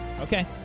Okay